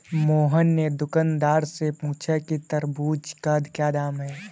मोहन ने दुकानदार से पूछा कि तरबूज़ का क्या दाम है?